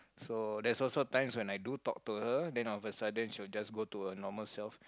so there's also times when I do talk to her then all of a sudden she will just go to her normal self